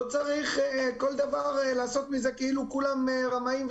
לא צריך בכל דבר לעשות כאילו כולם רמאים,